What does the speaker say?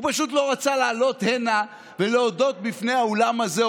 הוא פשוט לא רצה לעלות הנה ולהודות בפני האולם הזה,